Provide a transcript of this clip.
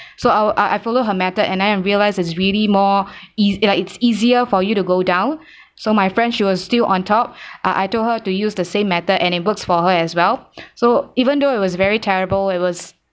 so I will I I followed her method and then I realised it's really more ea~ like it's easier for you to go down so my friend she was still on top I I told her to use the same method and it works for her as well so even though it was very terrible it was